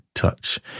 touch